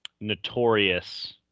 notorious